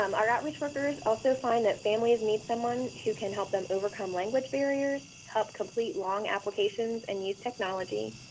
um our outreach workers also find that families need someone who can help them overcome language barriers, help complete long applications and use technology.